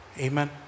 Amen